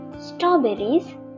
strawberries